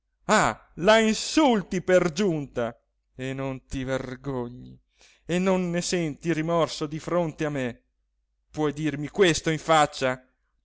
ah la insulti per giunta e non ti vergogni e non ne senti rimorso di fronte a me puoi dirmi questo in faccia